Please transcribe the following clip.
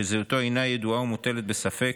שזהותו אינה ידועה או מוטלת בספק,